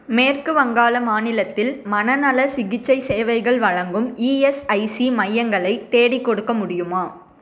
மேற்கு வங்காள மாநிலத்தில் மனநல சிகிச்சை சேவைகள் வழங்கும் இஎஸ்ஐசி மையங்களை தேடிக்கொடுக்க முடியுமா